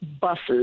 buses